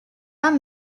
are